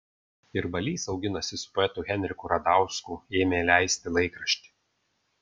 ir balys auginasi su poetu henriku radausku ėmė leisti laikraštį